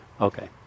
Okay